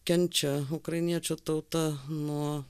kenčia ukrainiečių tauta nuo